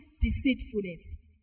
deceitfulness